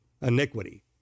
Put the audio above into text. iniquity